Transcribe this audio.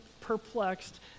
perplexed